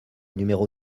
numéro